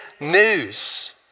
news